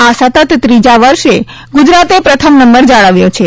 આ સતત ત્રીજા વર્ષે ગુજરાતે પ્રથમ નંબર જાળવ્યો છે